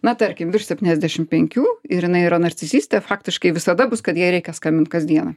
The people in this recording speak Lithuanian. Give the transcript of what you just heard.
na tarkim virš septyniasdešim penkių ir jinai yra narcisistė faktiškai visada bus kad jai reikia skambint kasdieną